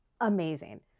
amazing